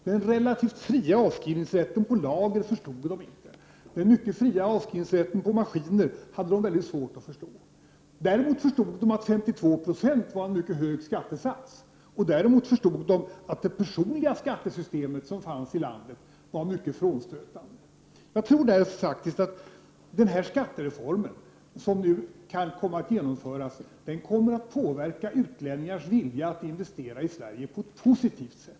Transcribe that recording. Den relativt fria avskrivningsrätten för lager förstod de inte. Den mycket fria avskrivningsrätten för maskiner hade de mycket svårt att förstå. Däremot förstod de att 52 0 var en mycket hög skattesats och att det skattesystem för enskilda personer som fanns i landet var mycket frånstötande. Jag tror att den skattereform som nu kan komma att genomföras kommer att påverka utlänningars vilja att investera i Sverige på ett positivt sätt.